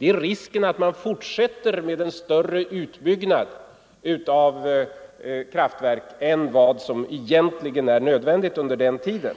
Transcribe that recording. är att vi fortsätter en större kraftverksutbyggnad än vad som egentligen är nödvändig under den tid det gäller.